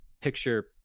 picture